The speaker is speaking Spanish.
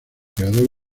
creador